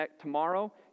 tomorrow